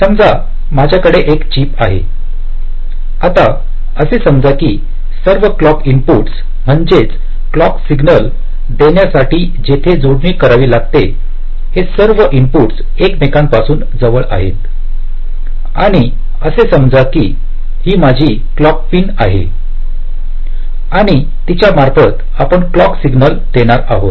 समजा माझ्याकडे एक चिप आहे आता असं समजा की सर्व क्लोक्क इनपुट्स म्हणजेच क्लॉक सिग्नल देण्यासाठी जिथे जोडणी करावी लागते हे सर्व इनपुटस एकमेकांपासून जवळ आहेत आणि असे समजा की ही माझी क्लॉक पिन आहे आणि तिच्या मार्फत आपण क्लॉक सिग्नल देणार आहोत